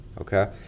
Okay